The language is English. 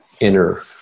inner